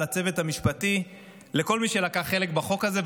לצוות המשפטי ולכל מי שלקח חלק בחוק הזה,